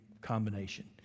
combination